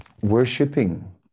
worshipping